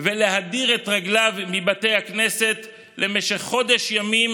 ולהדיר את רגליו מבתי הכנסת למשך חודש ימים